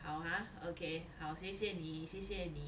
好 ah okay 好谢谢你谢谢你